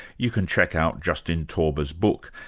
you can check out justin tauber's book.